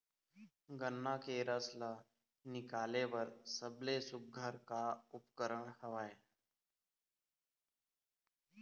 गन्ना के रस ला निकाले बर सबले सुघ्घर का उपकरण हवए?